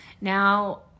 Now